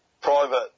private